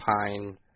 Pine